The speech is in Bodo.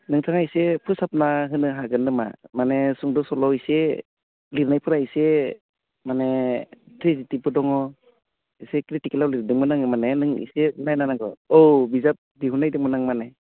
नोंथाङा इसे फोसाबना होनो हागोन नामा माने सुंद' सल' इसे लिरनायफोरा इसे माने ट्रेजेदिबो दङ एसे क्रिटिकेलाव लिरदोंमोन आङो माने नों इसे नायना होनांगौ औ बिजाब दिहुननो नागिरदोंमोन आं माने